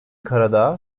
karadağ